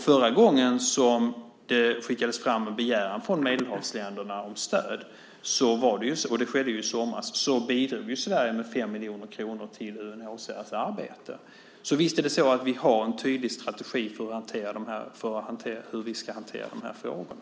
Förra gången som det skickades en begäran från Medelhavsländerna om stöd, och det skedde i somras, bidrog Sverige med 5 miljoner kronor till UNHCR:s arbete. Visst har vi en tydlig strategi för hur vi ska hantera de här frågorna.